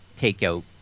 takeout